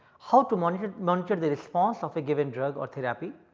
how to monitor monitor the response of a given drug or therapy,